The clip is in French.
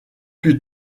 plus